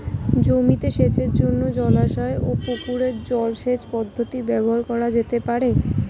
জমিতে সেচের জন্য জলাশয় ও পুকুরের জল সেচ পদ্ধতি ব্যবহার করা যেতে পারে?